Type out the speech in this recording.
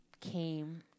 came